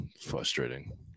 frustrating